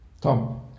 Tom